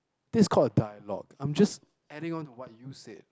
this is called a dialogue I'm just adding on to what you said